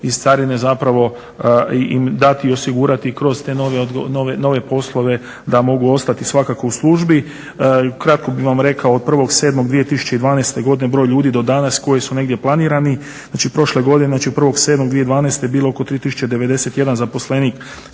iz carine dati i osigurati kroz te nove poslove da mogu ostati svakako u službi. Ukratko bih vam rekao od 1.7.2012.godine broj ljudi do danas koji su negdje planirani znači prošle godine od 1.7.2012.bilo oko 3091 zaposlenik